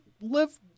live